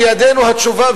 בידינו התשובה,